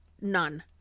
None